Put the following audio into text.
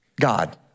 God